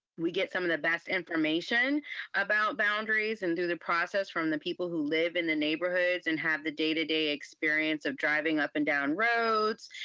we get some of the best information about boundaries and do the process from the people who live in the neighborhoods and have the day-to-day experience of driving up and down roads,